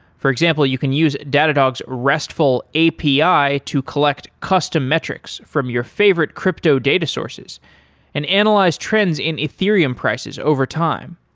for example, you can use datadog's restful api to collect custom metrics from your favorite crypto data sources and analyze trends in ethereum prices over time.